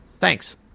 Thanks